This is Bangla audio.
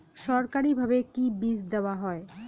সরকারিভাবে কি বীজ দেওয়া হয়?